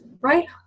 right